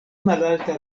malalta